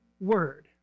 word